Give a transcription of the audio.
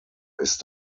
ist